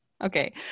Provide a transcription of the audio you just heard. okay